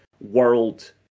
world